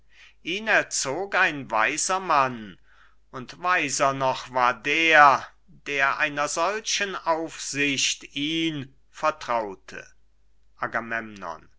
ihn erzog ein weiser mann und weiser noch war der der einer solchen aufsicht ihn vertraute